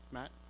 Matt